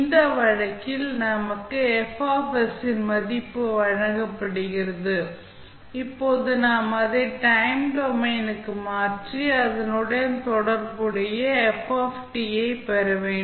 இந்த வழக்கில் நமக்கு F மதிப்பு வழங்கப்படுகிறது இப்போது நாம் அதை டைம் டொமைன் க்கு மாற்றி அதனுடன் தொடர்புடைய f ஐப் பெற வேண்டும்